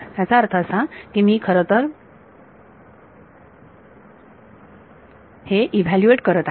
याचा अर्थ असा की मी खरं तर ईव्हॅल्यूएट करत आहे